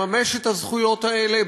לממש את הזכויות האלה,